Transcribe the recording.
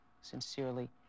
Sincerely